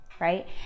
right